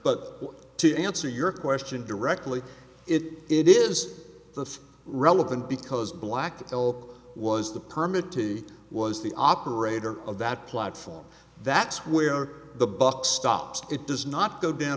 but to answer your question directly it is the relevant because black help was the permit to was the operator of that platform that's where the buck stops it does not go down